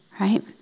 Right